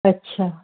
अछा